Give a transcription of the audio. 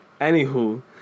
Anywho